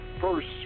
first